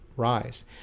rise